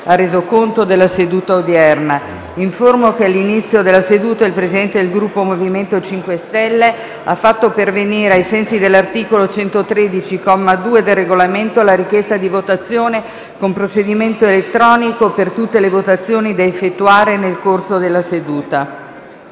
Informo l'Assemblea che all'inizio della seduta il Presidente del Gruppo Movimento 5 Stelle ha fatto pervenire, ai sensi dell'articolo 113, comma 2, del Regolamento, la richiesta di votazione con procedimento elettronico per tutte le votazioni da effettuare nel corso della seduta.